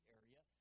area